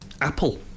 Apple